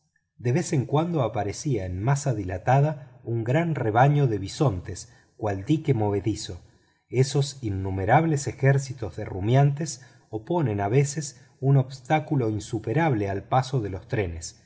de vez en cuando aparecía en masa dilatada un gran rebaño de bisontes cual dique movedizo esos innumerables ejércitos de rumiantes oponen a veces un obstáculo insuperable al paso de los trenes